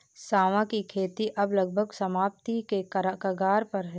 सांवा की खेती अब लगभग समाप्ति के कगार पर है